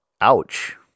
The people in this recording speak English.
Ouch